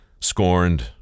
scorned